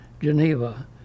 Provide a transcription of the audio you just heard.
Geneva